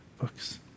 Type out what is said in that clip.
books